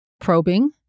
Probing